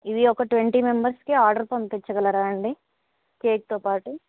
ఇవి ఒక ట్వంటీ మెంబర్స్కి ఆర్డర్ పంపించగలరా అండి కేక్తో పాటు